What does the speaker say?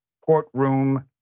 courtroom